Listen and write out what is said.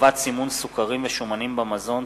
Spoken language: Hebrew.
(חובת סימון סוכרים ושומנים במזון),